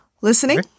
listening